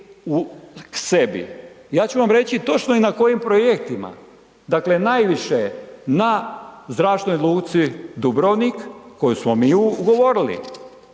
sebi. Ja ću vam reći točno i na kojim projektima. Dakle najviše na Zračnoj luci Dubrovnik koju smo ugovorili